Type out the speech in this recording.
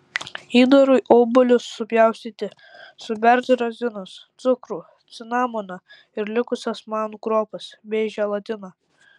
įdarui obuolius supjaustyti suberti razinas cukrų cinamoną ir likusias manų kruopas bei želatiną